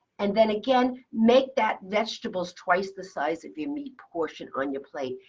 and then again, make that vegetables twice the size if you meat portion on your plate,